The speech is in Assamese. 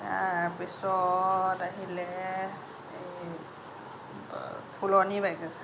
তাৰপিছত আহিলে এই ফুলনি বাগিচা